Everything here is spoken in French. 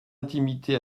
intimité